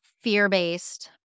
fear-based